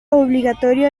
obligatorio